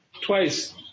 Twice